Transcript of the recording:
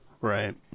Right